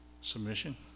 submission